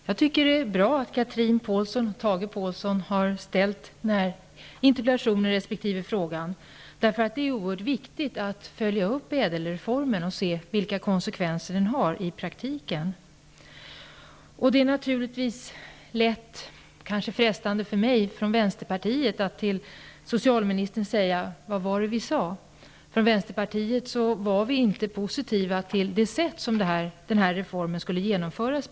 Herr talman! Det är bra att Chatrine Pålsson och fråga. Det är oerhört viktigt att följa upp ÄDEL reformen och se vilka konsekvenser den får i praktiken. Det är kanske frestande för mig från Vänsterpartiet att säga till socialministern: Vad var det vi sade. Vi i Vänsterpartiet var inte positiva till det sätt på vilket denna reform skulle genomföras.